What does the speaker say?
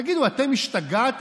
תגידו, אתם השתגעתם?